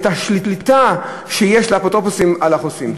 לבחון את השליטה שיש לאפוטרופוסים על החסויים.